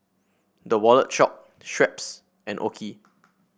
The Wallet Shop Schweppes and OKI